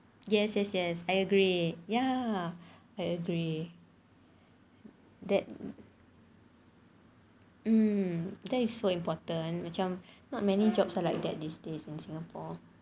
yes yes yes I agree ya I agree that hmm that is so important macam not many jobs are like that these days in singapore